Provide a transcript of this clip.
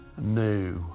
new